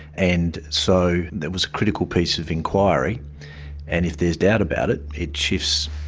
and so there was a critical piece of enquiry and if there's doubt about it, it shifts.